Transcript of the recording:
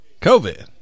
COVID